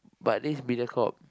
but this is Mediacorp